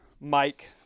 Mike